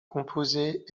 composées